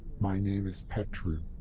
my name is petru.